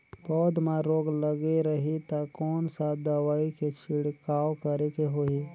पौध मां रोग लगे रही ता कोन सा दवाई के छिड़काव करेके होही?